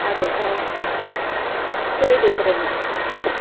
അതെ ആ ശരി ടീച്ചറെ എന്നാൽ